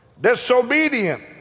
disobedient